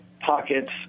pockets